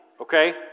okay